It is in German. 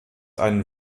einen